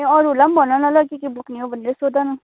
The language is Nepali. ए अरूहरूलाई पनि भन न के के बोक्ने हो भनेर सोध न